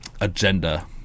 agenda